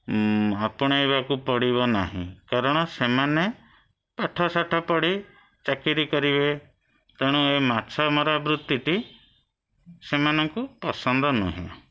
ଆପଣେଇବାକୁ ପଡ଼ିବ ନାହିଁ କାରଣ ସେମାନେ ପାଠଶାଠ ପଢ଼ି ଚାକିରୀ କରିବେ ତେଣୁ ଏ ମାଛମରା ବୃତ୍ତିଟି ସେମାନଙ୍କୁ ପସନ୍ଦ ନୁହେଁ